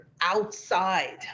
outside